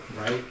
Right